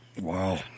Wow